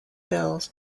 bills